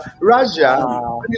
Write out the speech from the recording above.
Raja